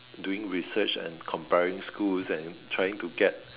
doing research and comparing schools and trying to get